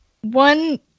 one